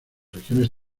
regiones